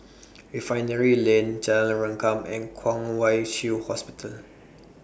Refinery Lane Jalan Rengkam and Kwong Wai Shiu Hospital